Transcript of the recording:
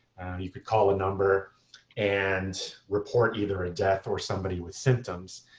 you could call a number and report either a death or somebody with symptoms.